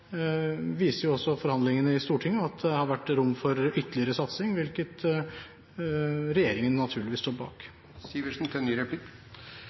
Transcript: viser også forhandlingene i Stortinget at det har vært rom for ytterligere satsing, hvilket regjeringen naturligvis står